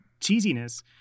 cheesiness